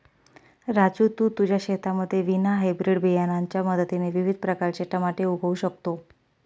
राजू तू तुझ्या शेतामध्ये विना हायब्रीड बियाणांच्या मदतीने विविध प्रकारचे टमाटे उगवू शकतो